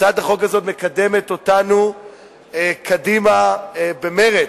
הצעת החוק הזאת מקדמת אותנו קדימה במרץ,